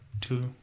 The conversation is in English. two